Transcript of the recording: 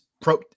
pro